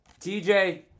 TJ